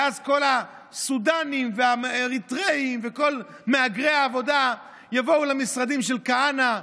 ואז כל הסודאנים והאריתריאים וכל מהגרי העבודה יבואו למשרדים של כהנא,